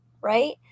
Right